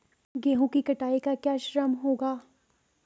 गेहूँ की कटाई का क्या श्रम होगा?